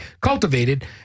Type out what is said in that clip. cultivated